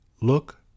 look